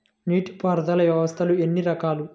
నీటిపారుదల వ్యవస్థలు ఎన్ని రకాలు?